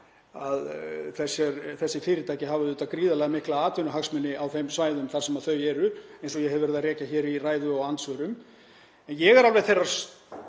að þessi fyrirtæki hafa gríðarlega mikla atvinnuhagsmuni á þeim svæðum þar sem þau eru eins og ég hef rakið hér í ræðu og andsvörum. Ég er alveg þeirrar